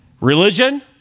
Religion